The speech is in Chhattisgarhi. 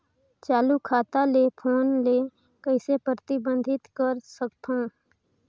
चालू खाता ले फोन ले कइसे प्रतिबंधित कर सकथव?